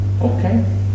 Okay